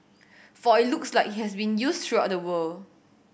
for it looks like he has been used throughout the world